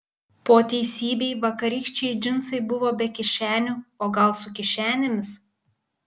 po teisybei vakarykščiai džinsai buvo be kišenių o gal su kišenėmis